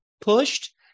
pushed